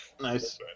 Nice